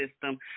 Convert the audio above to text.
system